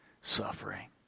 suffering